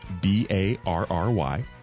B-A-R-R-Y